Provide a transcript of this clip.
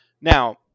Now